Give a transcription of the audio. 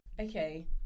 okay